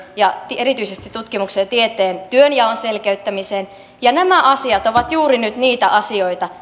ja erityisesti tutkimuksen ja tieteen työnjaon selkeyttämiseen nämä asiat nämä asiantuntijoiden ehdotukset ovat juuri nyt niitä asioita